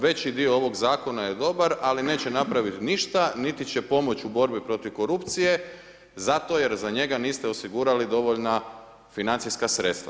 Veći dio ovog zakona je dobar ali neće napraviti ništa niti će pomoći u borbi protiv korupcije zato jer za njega niste osigurali dovoljna financijska sredstva.